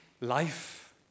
life